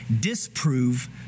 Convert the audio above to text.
disprove